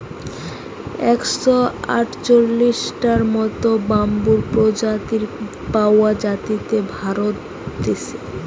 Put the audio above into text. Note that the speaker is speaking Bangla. একশ আটচল্লিশটার মত বাম্বুর প্রজাতি পাওয়া জাতিছে ভারত দেশে